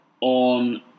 on